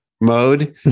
mode